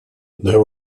there